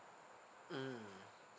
mm